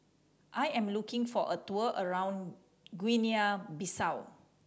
I am looking for a tour around Guinea Bissau